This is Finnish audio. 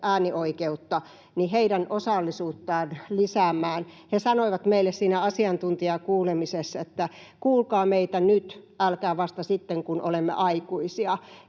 äänioikeutta, osallisuutta lisäämään. He sanoivat meille siinä asiantuntijakuulemisessa: ”Kuulkaa meitä nyt, älkää vasta sitten, kun olemme aikuisia.”